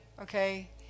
okay